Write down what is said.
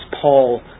Paul